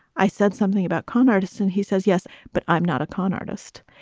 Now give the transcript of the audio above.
i said something about con artists. and he says, yes, but i'm not a con artist.